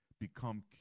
become